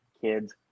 kids